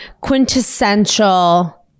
Quintessential